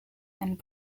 and